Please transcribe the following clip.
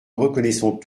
reconnaissons